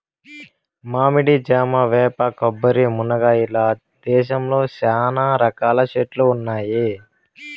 మామిడి, జామ, వేప, కొబ్బరి, మునగ ఇలా దేశంలో చానా రకాల చెట్లు ఉన్నాయి